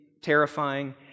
terrifying